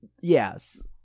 yes